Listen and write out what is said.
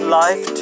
life